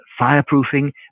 fireproofing